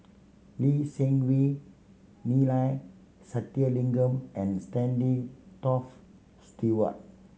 Lee Seng Wee Neila Sathyalingam and Stanley Toft Stewart